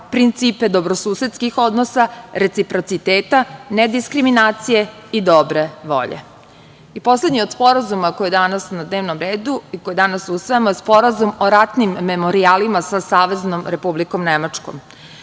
principe dobrosusedskih odnosa, reciprociteta, ne diskriminacije i dobre volje. Poslednji od sporazuma, koji je danas na dnevnom redu i koji danas usvajamo, je Sporazum o ratnim memorijalima sa Saveznom Republikom Nemačkom.